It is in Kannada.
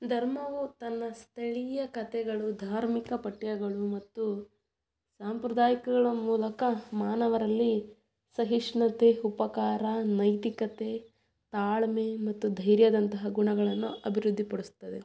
ಧರ್ಮವು ತನ್ನ ಸ್ಥಳೀಯ ಕಥೆಗಳು ಧಾರ್ಮಿಕ ಪಠ್ಯಗಳು ಮತ್ತು ಸಾಂಪ್ರದಾಯಿಕಗಳ ಮೂಲಕ ಮಾನವರಲ್ಲಿ ಸಹಿಷ್ಣುತೆ ಉಪಕಾರ ನೈತಿಕತೆ ತಾಳ್ಮೆ ಮತ್ತು ಧೈರ್ಯದಂತಹ ಗುಣಗಳನ್ನು ಅಭಿವೃದ್ಧಿ ಪಡಿಸ್ತದೆ